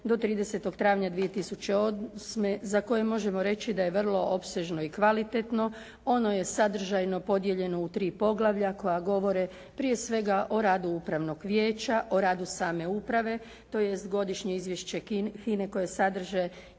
do 30. travnja 2008. za koje možemo reći da je vrlo opsežno i kvalitetno. Ono je sadržajno podijeljeno u tri poglavlja koja govore prije svega o radu upravnog vijeća, o radu same uprave tj. Godišnje izvješće HINA-e koje sadrži